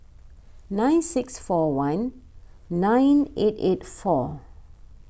nine six four one nine eight eight four